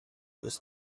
ist